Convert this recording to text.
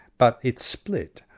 but it split,